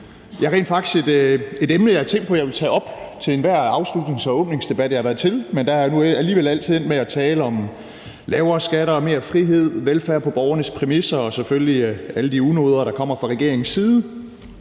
ja, rent faktisk et emne, jeg har tænkt på jeg ville tage op til enhver afslutnings- og åbningsdebat, jeg har været til, men der er jeg nu alligevel altid endt med at tale om lavere skatter og mere frihed, velfærd på borgernes præmisser og selvfølgelig alle de unoder, der kommer fra regeringens side.